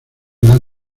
gran